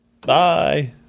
Bye